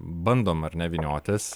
bandom ar ne vyniotis